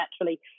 naturally